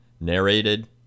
Narrated